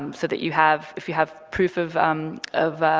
um so that you have if you have proof of of